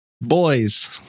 boys